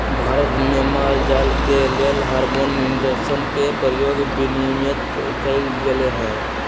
भारत में माल जाल के लेल हार्मोन इंजेक्शन के प्रयोग विनियमित कएल गेलई ह